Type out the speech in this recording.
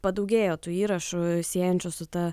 padaugėjo tų įrašų siejančių su ta